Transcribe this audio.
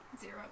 zero